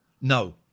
No